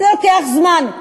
זה לוקח זמן,